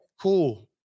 Cool